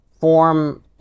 form